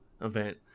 event